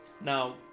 now